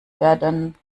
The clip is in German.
werden